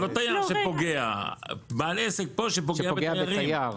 לא, לא תייר שפוגע, בעל עסק פה שפוגע בתיירים.